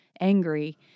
angry